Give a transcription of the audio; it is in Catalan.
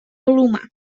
palomar